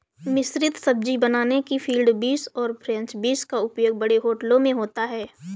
मिश्रित सब्जी बनाने में फील्ड बींस और फ्रेंच बींस का उपयोग बड़े होटलों में होता है